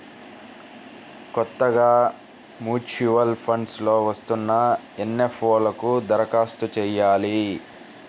కొత్తగా mutual funds లో వస్తున్న ఎన్.ఎఫ్.ఓ లకు దరఖాస్తు చెయ్యాలి